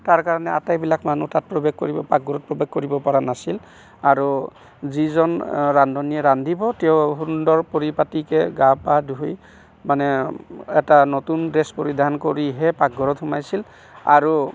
তাৰ কাৰণে আটাইবিলাক মানুহ তাত প্ৰৱেশ কৰিব পাকঘৰত প্ৰৱেশ কৰিব পাৰা নাছিল আৰু যিজন ৰান্ধনীয়ে ৰান্ধিব তেওঁ সুন্দৰ পৰিপাতিকৈ গা পা ধুই মানে এটা নতুন ড্ৰেছ পৰিধান কৰিহে পাকঘৰত সোমাইছিল আৰু